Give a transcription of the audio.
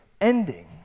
ending